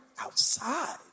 Outside